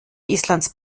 islands